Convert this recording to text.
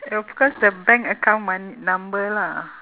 of course the bank account mon~ number lah